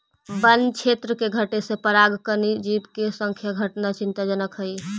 वन्य क्षेत्र के घटे से परागणकारी जीव के संख्या घटना चिंताजनक हइ